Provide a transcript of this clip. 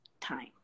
time